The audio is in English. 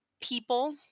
people